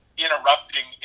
Interrupting